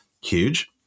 huge